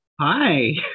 Hi